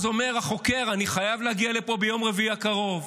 אז אומר החוקר: אני חייב להגיע לפה ביום רביעי הקרוב,